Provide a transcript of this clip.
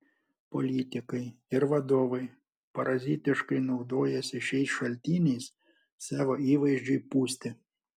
politikai ir vadovai parazitiškai naudojasi šiais šaltiniais savo įvaizdžiui pūsti